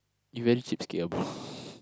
you damn cheapskate ah bro